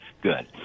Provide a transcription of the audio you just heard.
good